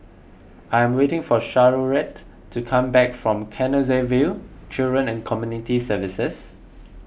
I am waiting for Charolette to come back from Canossaville Children and Community Services